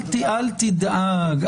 אל תדאג,